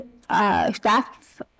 Staff